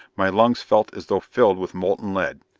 my lungs felt as though filled with molten lead.